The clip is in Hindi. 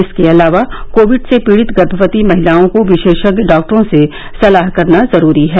इसके अलावा कोविड से पीड़ित गर्मवती महिलाओं को विशेषज्ञ डॉक्टरों से सलाह करना जरूरी है